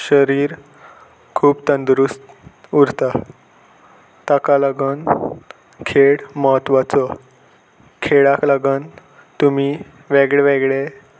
शरीर खूब तंदुरूस्त उरता ताका लागून खेळ म्हत्वाचो खेळाक लागून तुमी वेगळे वेगळे